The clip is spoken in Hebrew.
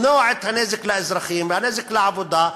למנוע את הנזק לאזרחים והנזק לעבודה.